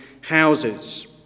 houses